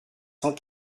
cent